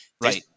Right